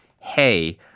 hey